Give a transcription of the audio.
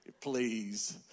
Please